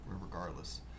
regardless